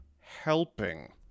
helping